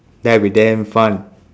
that will be damn fun